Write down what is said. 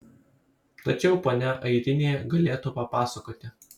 tačiau ponia airinė galėtų papasakoti